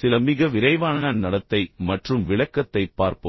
சில மிக விரைவான நடத்தை மற்றும் விளக்கத்தைப் பார்ப்போம்